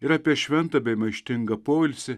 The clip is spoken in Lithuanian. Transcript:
ir apie šventą bei maištingą poilsį